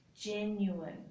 Genuine